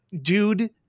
dude